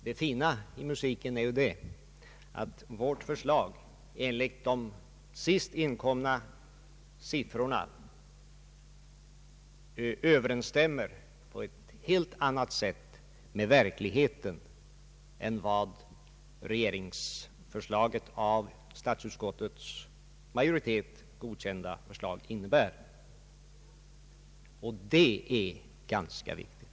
Det fina i musiken är ju att vårt förslag enligt de senast in komna siffrorna överensstämmer på ett helt annat sätt med verkligheten än vad regeringens av statsutskottets majoritet godkända förslag gör, och det är ganska viktigt.